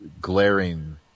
glaring